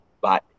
Bye